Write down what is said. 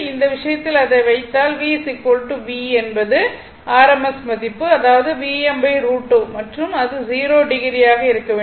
இந்த விஷயத்தில் அதை வைத்தால் V V V என்பது rms மதிப்பு அதாவது Vm √2 மற்றும் அது ∠0o ஆக இருக்க வேண்டும்